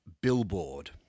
Billboard